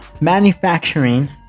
manufacturing